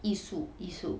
艺术艺术